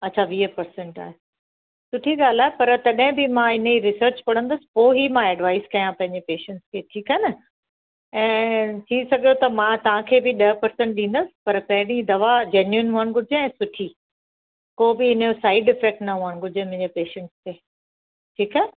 अच्छा वीह परसेंट आहे सुठी ॻाल्हि आहे पर तॾहिं बि मां इन जी रिसर्च पढ़ंदसि पोइ ई मां एडवाइज कया पंहिंजे पेशंट्स खे ठीकु आहे न ऐं थी सघियो त मां तव्हांखे बि ॾह परसेंट ॾींदसि पर पहिरीं दवा जैनविन हुअण घुरिजे ऐं सुठी को बि इन जो साइड इफैक्ट न हुअण घुरिजे मुंहिंजे पेशंट्स ते ठीकु आहे